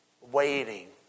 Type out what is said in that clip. waiting